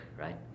right